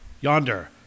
Yonder